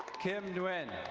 kim duwen.